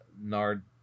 nard